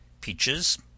peaches